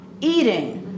eating